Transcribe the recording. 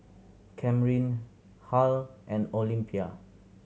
Camryn Harl and Olympia